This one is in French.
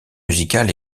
musical